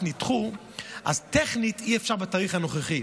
אנחנו דחינו את הבחירות מכל מיני